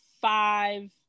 five